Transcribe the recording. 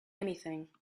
anything